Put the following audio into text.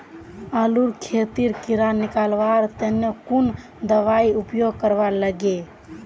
आलूर खेतीत कीड़ा निकलवार तने कुन दबाई उपयोग करवा लगे?